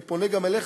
ואני פונה גם אליך,